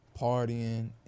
partying